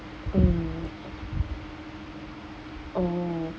mm oh